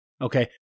Okay